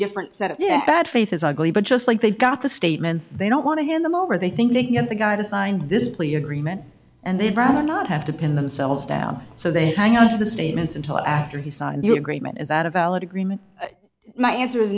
different set of yeah bad faith is ugly but just like they got the statements they don't want to hand them over they think they can get the guy to sign this plea agreement and they'd rather not have to pin themselves down so they hang on to the statements until after he signed the agreement is that a valid agreement my answer is